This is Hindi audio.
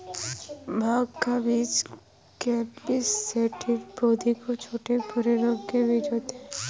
भाँग का बीज कैनबिस सैटिवा पौधे के छोटे, भूरे रंग के बीज होते है